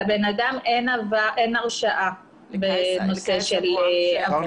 לבן אדם אין הרשעה במקרה של הברחות.